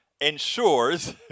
Ensures